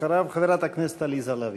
אחריו, חברת הכנסת עליזה לביא.